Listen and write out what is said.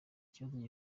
ikibazo